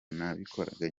nabikoraga